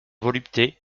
volupté